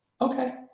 Okay